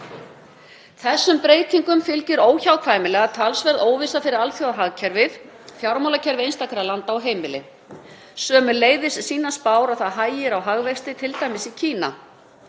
Þessum breytingum fylgir óhjákvæmilega talsverð óvissa fyrir alþjóðahagkerfið og fjármálakerfi einstakra landa og á heimilin. Sömuleiðis sýna spár að það hægir á hagvexti í Kína,